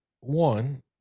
one